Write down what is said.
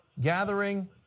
gathering